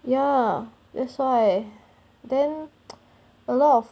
ya that's why then a lot of